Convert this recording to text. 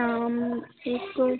एक तो